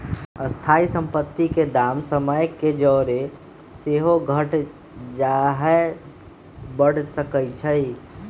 स्थाइ सम्पति के दाम समय के जौरे सेहो घट चाहे बढ़ सकइ छइ